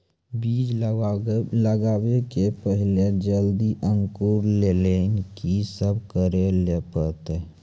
बीज लगावे के पहिले जल्दी अंकुरण लेली की सब करे ले परतै?